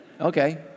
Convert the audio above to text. okay